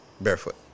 barefoot